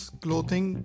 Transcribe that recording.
clothing